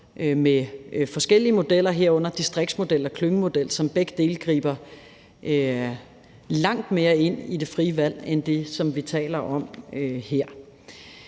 med forskellige modeller, herunder distriktsmodeller, klyngemodeller, som begge dele griber langt mere ind i det frie valg end det, som vi taler om her.